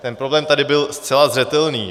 Ten problém tady byl zcela zřetelný.